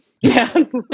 Yes